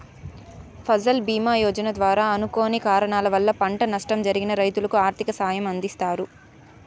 ఫసల్ భీమ యోజన ద్వారా అనుకోని కారణాల వల్ల పంట నష్టం జరిగిన రైతులకు ఆర్థిక సాయం అందిస్తారు